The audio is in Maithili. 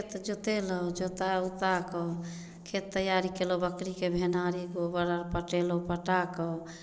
खेत जोतेलहुॅं जोता उता कऽ खेत तैयारी केलहुॅं बकरीके भेनाड़ी गोबर आर पटेलहुॅं पटा कऽ